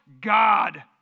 God